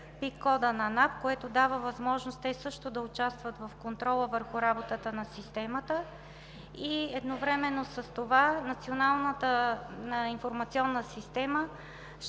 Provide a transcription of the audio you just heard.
ПИК кода на НАП, което дава възможност те също да участват в контрола върху работата на системата. Едновременно с това Националната информационна система